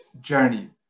journey